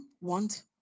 want